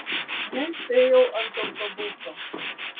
nespėjau ant autobuso